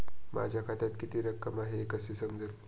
माझ्या खात्यात किती रक्कम आहे हे कसे समजेल?